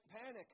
panic